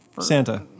Santa